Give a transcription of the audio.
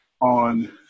on